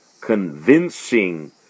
convincing